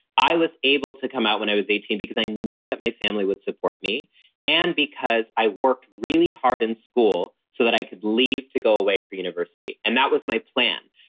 i was able to come out when i was eighteen because i knew that my family would support me and because i worked really hard in school so that i could leave to go away for university. and that was my plan.